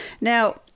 Now